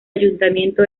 ayuntamiento